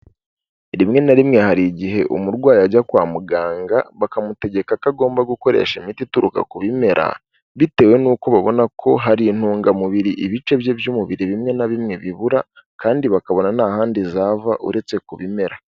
Rimwe na rimwe hari igihe umurwayi ajya kwa muganga bakamutegeka ko agomba gukoresha imiti ituruka ku bimera, bitewe n'uko babona ko hari intungamubiri ibice bye by'umubiri bimwe na bimwe bibura kandi bakabona nta handi zava uretse ku bimera.